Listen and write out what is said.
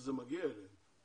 שזה מגיע אליו.